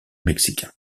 mexicain